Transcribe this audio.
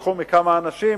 לקחו מכמה אנשים,